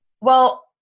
Well-